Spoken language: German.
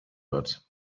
wird